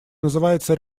называется